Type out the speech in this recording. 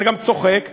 וגם צוחק,